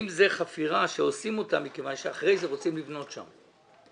זאת חפירה שעושים מכיוון שאחרי זה רוצים לבנות שם?